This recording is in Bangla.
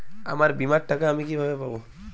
আমার বীমার টাকা আমি কিভাবে পাবো?